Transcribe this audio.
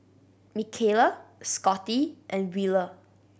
Mikala Scottie and Wheeler